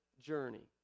journey